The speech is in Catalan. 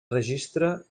registre